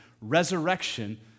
resurrection